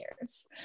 years